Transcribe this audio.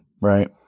Right